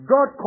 God